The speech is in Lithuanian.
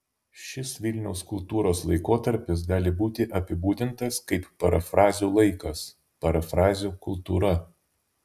šis vilniaus kultūros laikotarpis gali būti apibūdintas kaip parafrazių laikas parafrazių kultūra